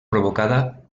provocada